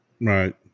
Right